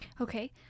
Okay